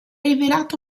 rivelato